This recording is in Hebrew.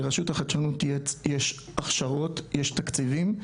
לרשות החדשנות יש הכשרות, יש תקציבים.